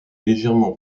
légèrement